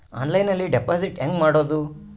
ಆನ್ಲೈನ್ನಲ್ಲಿ ಡೆಪಾಜಿಟ್ ಹೆಂಗ್ ಮಾಡುದು?